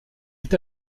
est